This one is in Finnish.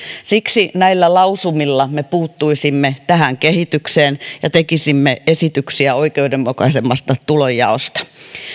siksi näillä lausumilla me puuttuisimme tähän kehitykseen ja tekisimme esityksiä oikeudenmukaisemmasta tulonjaosta